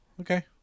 Okay